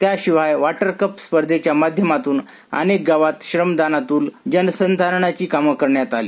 त्याशिवाय water cup स्पर्धेच्या माध्यमातून अनेक गावांत जलसंधारणाची कामे करण्यात आली